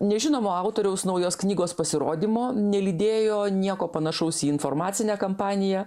nežinomo autoriaus naujos knygos pasirodymo nelydėjo nieko panašaus į informacinę kampaniją